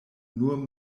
nur